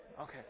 okay